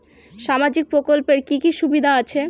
সামাজিক প্রকল্পের কি কি সুবিধা আছে?